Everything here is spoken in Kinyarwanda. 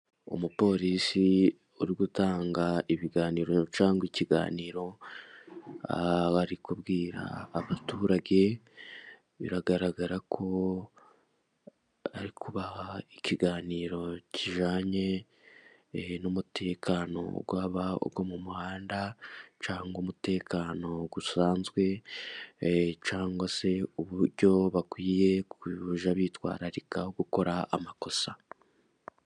Umuporisi uri gutanga ibiganiro cyangwa ikiganiro, aho ari kubwira abaturage biragaragara ko ari kubaha ikiganiro kijyanye n'umutekano. Waba uwo mu muhanda cyangwa umutekano usanzwe cyangwa se uburyo bakwiye kujya bitwararika gukora amakosa.